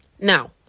Now